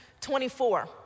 24